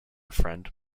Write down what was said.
friend